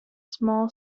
small